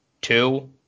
Two